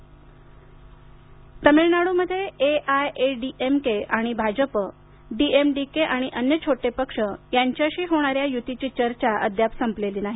तामिळनाडू तामिळनाडूमध्ये A I A D M K आणि Bhajap DMDK आणि अन्य छोटे पक्ष यांच्याशी होणाऱ्या युतीची चर्चा अद्याप संपलेली नाही